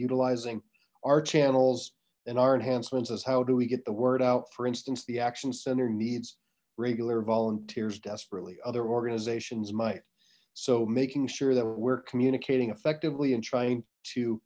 utilizing our channels and our enhancements as how do we get the word out for instance the action center needs regular volunteers desperately other organizations might so making sure that we're communicating effectively and trying to